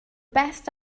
best